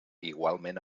igualment